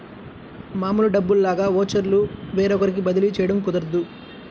మామూలు డబ్బుల్లాగా ఓచర్లు వేరొకరికి బదిలీ చేయడం కుదరదు